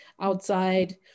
outside